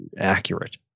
accurate